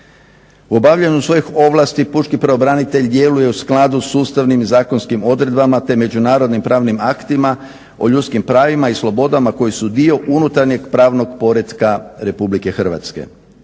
U obavljanju svojih ovlasti pučki pravobranitelj djeluje u skladu s ustavnim zakonskim odredbama te međunarodnim pravnim aktima o ljudskim pravima i slobodama koji su dio unutarnjeg pravog poretka RH.